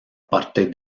parte